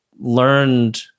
learned